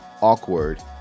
awkward